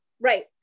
Right